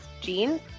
jeans